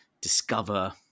discover